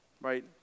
right